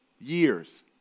years